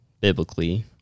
biblically